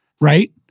right